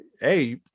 Hey